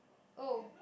oh